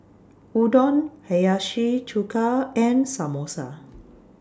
Udon Hiyashi Chuka and Samosa